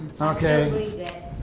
okay